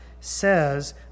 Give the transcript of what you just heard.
says